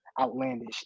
outlandish